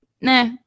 nah